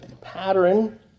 pattern